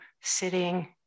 sitting